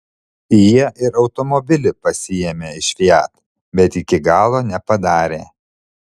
jie ir automobilį pasiėmė iš fiat bet iki galo nepadarė